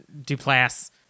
Duplass